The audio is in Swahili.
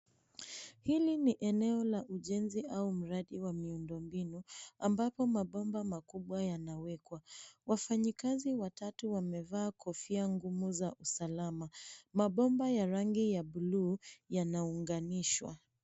Hili ni eneo la ujenzi au mradi wa miundo mbinu ambapo mabomba makubwa yanawekwa. Wafanyikazi watatu wamevaa kofia ngumu za usalama. Mabomba ya rangi ya bluu yanaunganishwa.